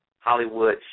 Hollywood